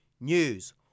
News